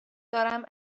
دارم